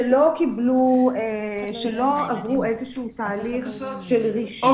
שלא עברו איזשהו תהליך של רישוי, לא.